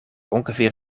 ongeveer